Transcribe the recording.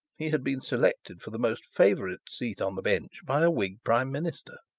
he had been selected for the most favourite seat on the bench by a whig prime minister.